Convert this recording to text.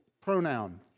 pronoun